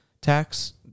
tax